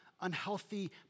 unhealthy